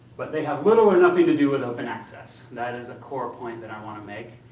but they have little or nothing to do with open access. that is a core point that i want to make.